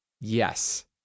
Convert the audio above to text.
Yes